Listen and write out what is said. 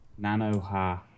Nanoha